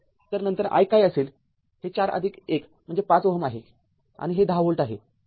तर नंतर i काय असेल हे ४ आदिक १ म्हणजे ५ ओहम आहे आणि हे १० व्होल्ट आहे